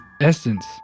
essence